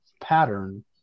pattern